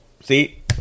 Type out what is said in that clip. See